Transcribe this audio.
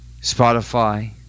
Spotify